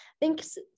Thanks